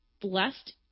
blessed